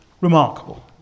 Remarkable